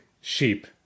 sheep